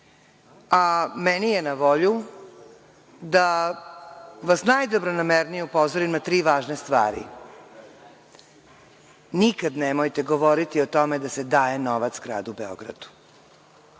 a meni je na volju da vas najdobronamernije upozorim na tri važne stvari. Nikada nemojte govoriti o tome da se daje novac gradu Beogradu.